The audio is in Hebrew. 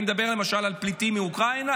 אני מדבר למשל על פליטים מאוקראינה,